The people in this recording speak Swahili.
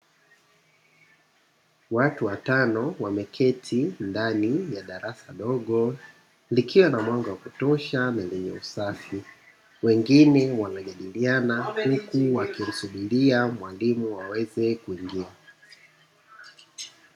Watu watano wameketi ndani ya darasa dogo likiwa na mwanga wa kutosha na lenye usafi. Wengine wanajadiliana huku wakimsubiria mwalimu waweze kuingia.